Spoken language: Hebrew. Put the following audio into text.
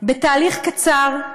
בתהליך קצר,